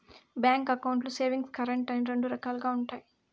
bank అకౌంట్లు savings, current అని రెండు రకాలుగా ఉంటాయి